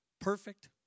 perfect